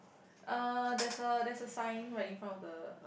uh there's a there's a sign right in front of the